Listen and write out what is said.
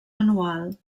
anual